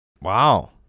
Wow